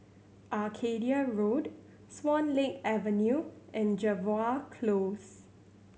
Arcadia Road Swan Lake Avenue and Jervois Close